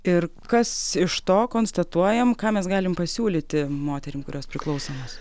ir kas iš to konstatuojam ką mes galim pasiūlyti moterim kurios priklausomos